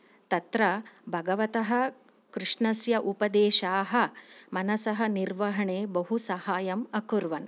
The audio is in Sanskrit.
तत्र भगवतः कृष्णस्य उपदेशाः मनसः निर्वहणे बहु सहायम् अकुर्वन्